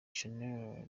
shanel